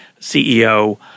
CEO